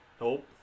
nope